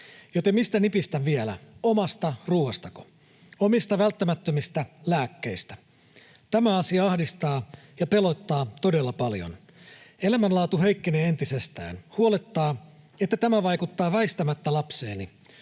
Joten mistä nipistän vielä? Omasta ruuastako? Omista välttämättömistä lääkkeistä? Tämä asia ahdistaa ja pelottaa todella paljon. Elämänlaatu heikkenee entisestään. Huolettaa, että tämä vaikuttaa väistämättä lapseeni.